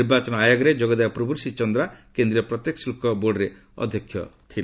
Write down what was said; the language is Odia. ନିର୍ବାଚନ ଆୟୋଗରେ ଯୋଗଦେବା ପୂର୍ବରୁ ଶ୍ରୀ ଚନ୍ଦ୍ରା କେନ୍ଦ୍ରୀୟ ପ୍ରତ୍ୟକ୍ଷ ଶୁଳ୍କ ବୋର୍ଡରେ ଅଧ୍ୟକ୍ଷ ଥିଲେ